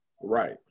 Right